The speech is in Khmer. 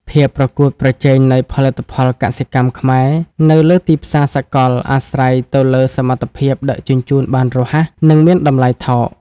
ភាពប្រកួតប្រជែងនៃផលិតផលកសិកម្មខ្មែរនៅលើទីផ្សារសកល អាស្រ័យទៅលើសមត្ថភាពដឹកជញ្ជូនបានរហ័ស និងមានតម្លៃថោក។